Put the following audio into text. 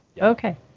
Okay